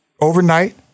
overnight